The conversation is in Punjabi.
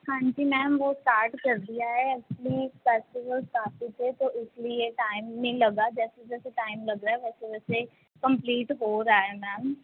ਹਾਂਜੀ ਮੈਮ ਵੋ ਸਟਾਰਟ ਕਰ ਦੀਆ ਹੈ ਐਚੂਅਲੀ ਤੋ ਇਸ ਲੀਏ ਟਾਈਮ ਨਹੀਂ ਲਗਾ ਜੈਸੇ ਜੈਸੇ ਟਾਈਮ ਲੱਗ ਰਹਾ ਹੈ ਵੈਸੇ ਵੈਸੇ ਕੰਪਲੀਟ ਹੋ ਰਹਾ ਹੈ ਮੈਮ